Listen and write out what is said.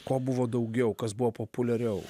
ko buvo daugiau kas buvo populiariau